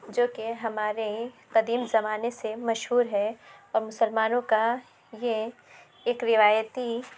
جو کہ ہمارے قدیم زمانے سے مشہور ہے اور مسلمانوں کا یہ ایک روایتی